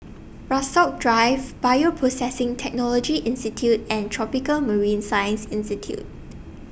Rasok Drive Bioprocessing Technology Institute and Tropical Marine Science Institute